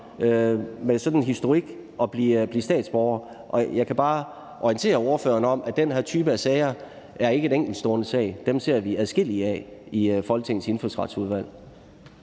med sådan en historik at blive statsborgere. Jeg kan bare orientere ordføreren om, at den her type sager ikke er enkeltstående tilfælde – dem ser vi adskillige af i Folketingets Indfødsretsudvalg.